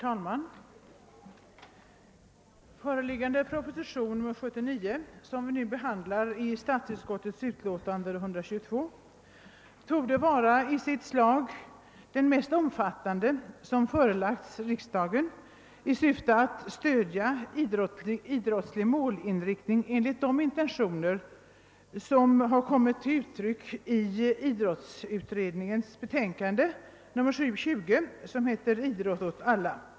Herr talman! Propositionen 79 som nu behandlas i statsutskottets utlåtande nr 122 torde i sitt slag vara den mest omfattande som förelagts riksdagen i syfte att stödja en idrottslig målinriktning enligt de intentioner som har kommit till uttryck i idrottsutredningens betänkande Idrott åt alla .